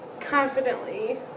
confidently